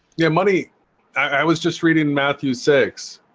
yeah money i was just reading matthew six